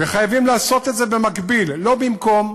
וחייבים לעשות את זה במקביל, לא במקום.